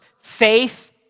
faith